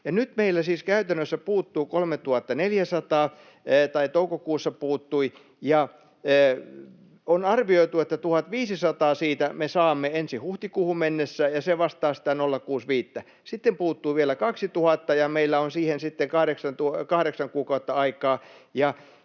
Nyt meillä siis käytännössä puuttuu 3 400 — tai toukokuussa puuttui — ja on arvioitu, että 1 500 siitä me saamme ensi huhtikuuhun mennessä, ja se vastaa sitä 0,65:tä. [Sari Sarkomaa: Mitä hoitajia?] Sitten puuttuu vielä 2 000, ja meillä on siihen sitten kahdeksan kuukautta aikaa.